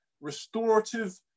restorative